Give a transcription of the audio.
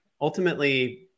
ultimately